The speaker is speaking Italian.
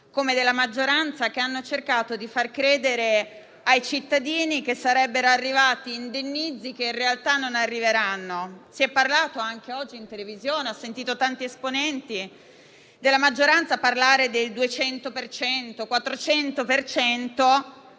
e della maggioranza che hanno cercato di far credere ai cittadini che sarebbero arrivati indennizzi che in realtà non arriveranno. Se ne è parlato anche oggi in televisione e ho sentito tanti esponenti della maggioranza parlare del 200 per